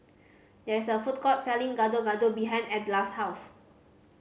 there is a food court selling Gado Gado behind Edla's house